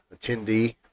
Attendee